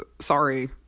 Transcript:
sorry